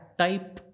type